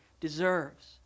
deserves